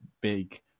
big